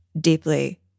deeply